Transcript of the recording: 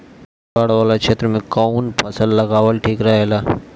बाढ़ वाला क्षेत्र में कउन फसल लगावल ठिक रहेला?